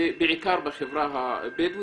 בעיקר בחברה הבדואית.